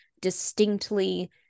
distinctly